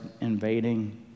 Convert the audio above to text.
invading